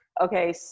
Okay